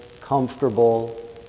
comfortable